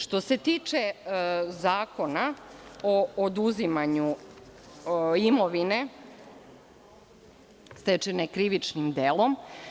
Što se tiče Zakona o oduzimanju imovine stečene krivičnim delom.